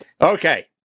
Okay